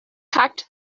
packed